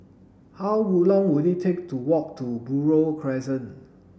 how long will it take to walk to Buroh Crescent